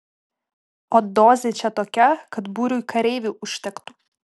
o dozė čia tokia kad būriui kareivių užtektų